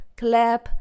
clap